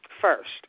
first